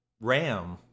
Ram